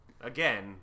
Again